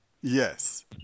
Yes